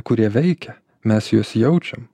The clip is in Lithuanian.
kurie veikia mes juos jaučiam